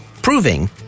proving